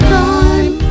time